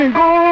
go